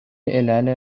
علل